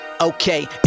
Okay